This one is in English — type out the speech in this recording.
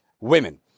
women